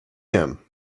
him